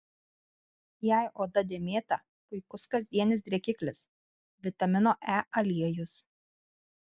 jei oda dėmėta puikus kasdienis drėkiklis vitamino e aliejus